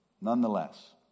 Nonetheless